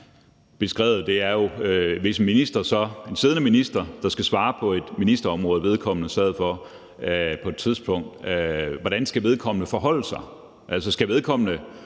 beskrevet, er, at hvis det er en siddende minister, der skal svare på noget på et ministerområde, som vedkommende var minister på på et tidspunkt, hvordan skal vedkommende så forholde sig? Altså, skal vedkommende